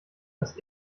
das